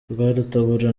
rwarutabura